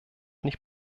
nicht